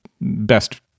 best